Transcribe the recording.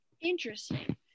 Interesting